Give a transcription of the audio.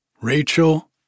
Rachel